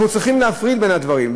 אנחנו צריכים להפריד בין הדברים.